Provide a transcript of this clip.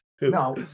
No